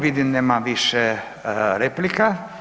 Vidim, nema više replika.